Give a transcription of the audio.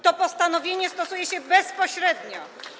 To postanowienie stosuje się bezpośrednio.